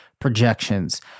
projections